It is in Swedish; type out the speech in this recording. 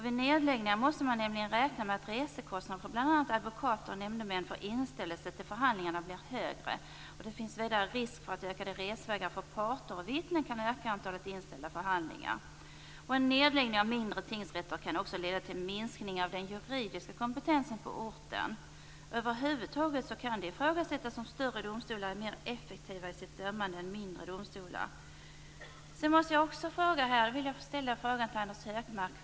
Vid nedläggningar måste man nämligen räkna med att resekostnader för bl.a. advokater och nämndemän för inställelse vid förhandlingarna blir högre. Vidare finns det risk för att längre resvägar för parter och vittnen kan öka antalet inställda förhandlingar. Nedläggning av mindre tingsrätter kan också leda till minskning av den juridiska kompetensen på orten. Över huvud taget kan det ifrågasättas om större domstolar är mer effektiva än mindre domstolar i sitt dömande. Jag vill ställa en fråga till Anders G Högmark.